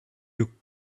you